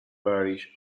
parish